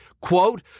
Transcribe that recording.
quote